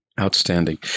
outstanding